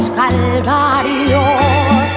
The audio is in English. calvarios